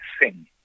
sing